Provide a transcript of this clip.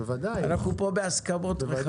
אנחנו כאן בהסכמות.